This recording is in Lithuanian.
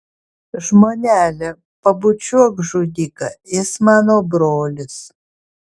žmonele pabučiuok žudiką jis mano brolis